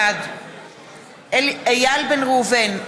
בעד איל בן ראובן,